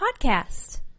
podcast